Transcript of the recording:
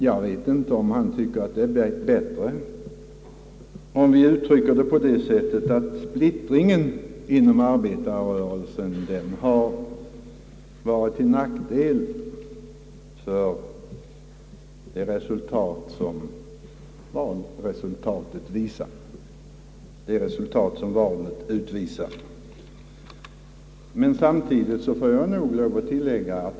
Jag vet inte om herr Adolfsson tycker det är bättre att vi uttrycker det så att splittringen inom arbetarrörelsen har varit till nackdel och bidragit till det resultat som valet utvisar.